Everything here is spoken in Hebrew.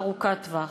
ארוכת טווח.